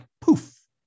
poof